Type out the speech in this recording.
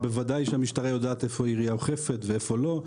ובוודאי שהמשטרה יודעת איפה עירייה אוכפת ואיפה לא,